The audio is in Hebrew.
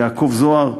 יעקב זוהר,